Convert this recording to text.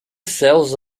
céus